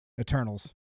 Eternals